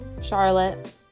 Charlotte